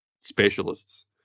specialists